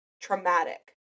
traumatic